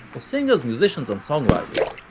for singers, musicians and songwriters,